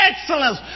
excellence